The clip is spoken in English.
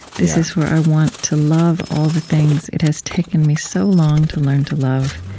this is where i want to love all the things it has taken me so long to learn to love.